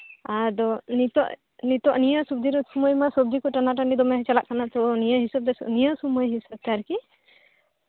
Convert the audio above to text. ᱟᱫᱚ ᱱᱤᱛᱳᱜ ᱱᱤᱭᱟᱹ ᱥᱤᱡᱤᱱ ᱨᱮ ᱦᱤᱱᱟᱹᱱᱤᱭᱟᱹ ᱥᱚᱵᱡᱤ ᱠᱚ ᱫᱚᱢᱮ ᱴᱟᱱᱟᱴᱟᱱᱤ ᱪᱟᱞᱟᱜ ᱠᱟᱱᱟ ᱱᱤᱭᱟᱹ ᱥᱚᱢᱚᱭ ᱦᱤᱥᱟᱹᱵ ᱛᱮ ᱟᱨ ᱠᱤ